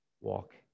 walk